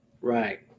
right